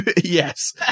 yes